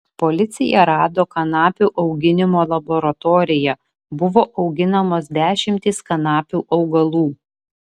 policija rado kanapių auginimo laboratoriją buvo auginamos dešimtys kanapių augalų